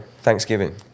Thanksgiving